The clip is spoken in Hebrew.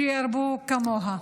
שירבו כמוה.